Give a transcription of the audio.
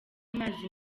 amazi